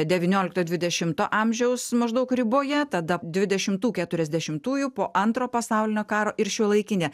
devyniolikto dvidešimto amžiaus maždaug riboje tada dvidešimtų keturiasdešimtųjų po antro pasaulinio karo ir šiuolaikinę